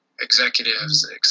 executives